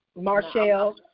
Marshall